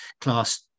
class